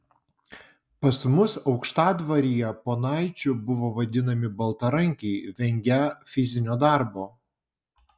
pas mus aukštadvaryje ponaičiu buvo vadinami baltarankiai vengią fizinio darbo